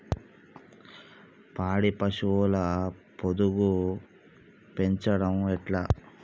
పాడి పశువుల పొదుగు పెంచడం ఎట్లా?